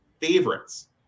favorites